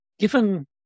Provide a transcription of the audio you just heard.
Given